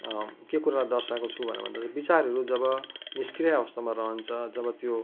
के कुरा दर्साएको छु भनेर भन्दा चाहिँ विचारहरू जब निष्क्रिय अवस्थामा रहन्छ जब त्यो